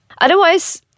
Otherwise